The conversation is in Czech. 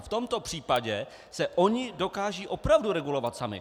V tomto případě se oni dokážou opravdu regulovat sami.